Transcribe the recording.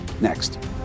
Next